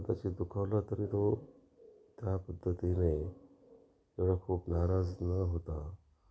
तशी दुखावला तरी तो त्या पद्धतीने एवढा खूप नाराज न होता